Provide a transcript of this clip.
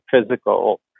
physical